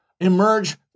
emerge